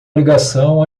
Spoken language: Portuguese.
ligação